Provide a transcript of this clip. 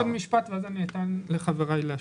רק עוד משפט ואחר כך אתן לחבריי להשלים.